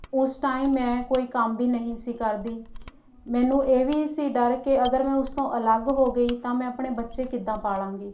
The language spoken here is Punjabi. ਉਸ ਟਾਈਮ ਮੈਂ ਕੋਈ ਕੰਮ ਵੀ ਨਹੀਂ ਸੀ ਕਰਦੀ ਮੈਨੂੰ ਇਹ ਵੀ ਸੀ ਡਰ ਕਿ ਅਗਰ ਮੈਂ ਉਸ ਤੋਂ ਅਲੱਗ ਹੋ ਗਈ ਤਾਂ ਮੈਂ ਆਪਣੇ ਬੱਚੇ ਕਿੱਦਾਂ ਪਾਲਾਂਗੀ